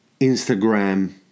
Instagram